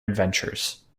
adventures